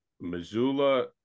Missoula